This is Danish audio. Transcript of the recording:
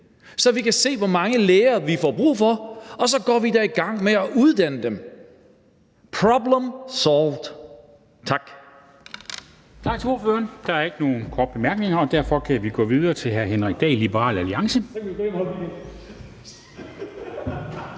så vi kan se, hvor mange læger vi får brug for, og så går vi da i gang med at uddanne dem. Problem solved! Tak.